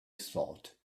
thought